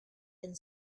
and